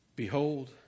Behold